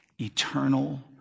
Eternal